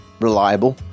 reliable